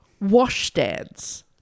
washstands